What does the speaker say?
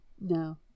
no